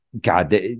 God